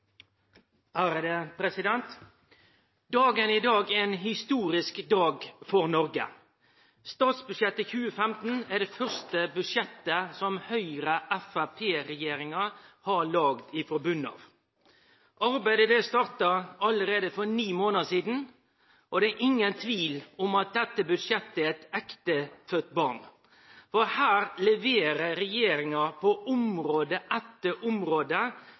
ein historisk dag for Noreg. Statsbudsjettet for 2015 er det første budsjettet som Høgre–Framstegsparti-regjeringa har laga frå botnen av. Arbeidet starta allereie for ni månader sidan, og det er ingen tvil om at dette budsjettet er eit ektefødt barn. Her leverer regjeringa på område etter område,